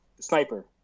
sniper